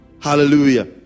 hallelujah